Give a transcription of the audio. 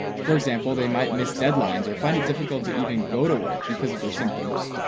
for example, they might miss deadlines or find it difficult to even go to work because of their symptoms.